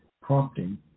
prompting